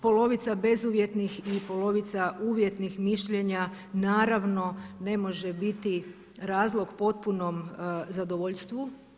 Polovica bezuvjetnih i polovica uvjetnih mišljenja naravno ne može biti razlog potpunom zadovoljstvu.